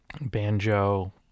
banjo